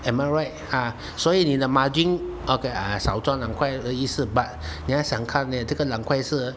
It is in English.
am I right ah 所以你的 margin okay ah 少赚两块的意思 but 你要想看诶这个两块是